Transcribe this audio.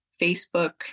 Facebook